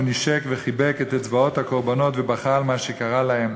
הוא נישק וחיבק את אצבעות הקורבנות ובכה על מה שקרה להם.